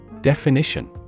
Definition